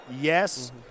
yes